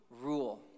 rule